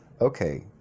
Okay